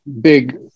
big